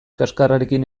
kaxkarrarekin